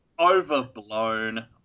overblown